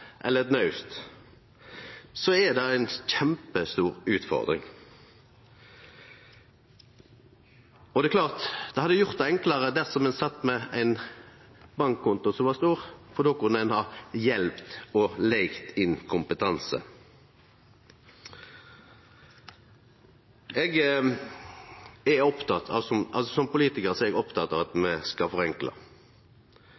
eller eit naust, er det ei kjempestor utfordring. Det er klart at det hadde gjort det enklare dersom ein sat med ein stor bankkonto, for då kunne ein ha fått hjelp og leigd inn kompetanse. Som politikar er eg oppteken av at me skal forenkle. Eg er oppteken av at